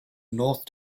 north